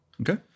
Okay